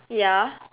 ya